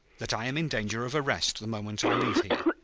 that i am in danger of arrest the moment i leave here.